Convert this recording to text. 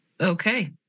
okay